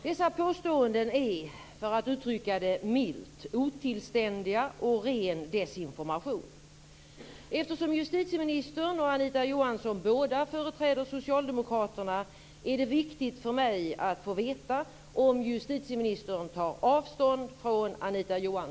Dessa påståenden är, för att uttrycka det milt, otillständiga och ren desinformation. Eftersom justitieministern och Anita Johansson båda företräder Socialdemokraterna är det viktigt för mig att få veta om justitieministern tar avstånd från